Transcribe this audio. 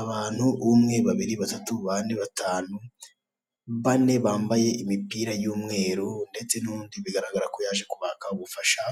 Abantu, umwe, babiri, batatu, bane, batanu, bane bambaye imipira y'umweru ndetse n'undi bigaragara ko yaje kubaka ubufasha,